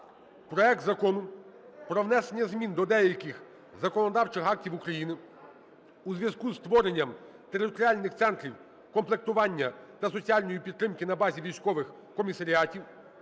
проект Закону про внесення змін до деяких законодавчих актів України у зв'язку із створенням територіальних центрів комплектування та соціальної підтримки на базі військових комісаріатів